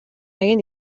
egin